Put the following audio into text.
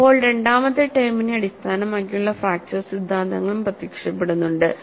ഇപ്പോൾ രണ്ടാമത്തെ ടേമിനെ അടിസ്ഥാനമാക്കിയുള്ള ഫ്രാക്ച്ചർ സിദ്ധാന്തങ്ങളും പ്രത്യക്ഷപ്പെടുന്നുണ്ട്